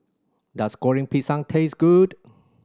does Goreng Pisang taste good